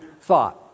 thought